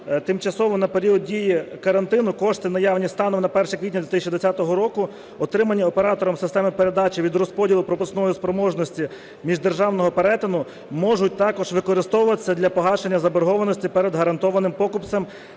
тимчасово на період дії карантину кошти, наявні станом на 1 квітня 2020 року, отримані оператором системи передачі від розподілу пропускної спроможності міждержавного перетину, можуть також використовуватися для погашення заборгованості перед гарантованим покупцем